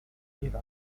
iraq